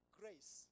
grace